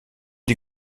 die